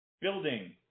building